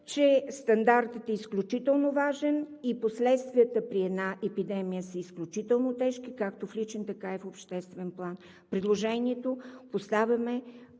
че стандартът е изключително важен, а последствията при една епидемия са изключително тежки както в личен, така и в обществен план. Поставяме